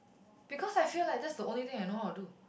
because I feel like that's the only thing I know how to do